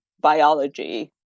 biology